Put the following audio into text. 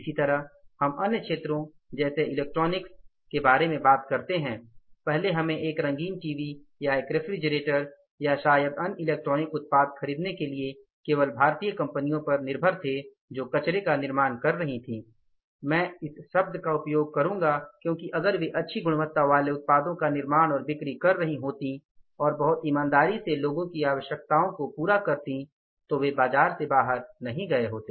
इसी तरह हम अन्य क्षेत्रों जैसे इलेक्ट्रॉनिक्स जैसे के बारे में बात करते हैं पहले हमें एक रंगीन टीवी या एक रेफ्रिजरेटर या शायद अन्य इलेक्ट्रॉनिक उत्पाद खरीदने के लिए केवल भारतीय कंपनियों पर निर्भर थे जो कचरे का निर्माण कर रही थी मैं इस शब्द का उपयोग करूंगा क्योंकि अगर वे अच्छी गुणवत्ता वाले उत्पादों का निर्माण और बिक्री कर रही होती और बहुत ईमानदारी से लोगों की आवश्यकताओं को पूरा करतीं तो वे बाजार से बाहर नहीं गए होंते